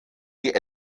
die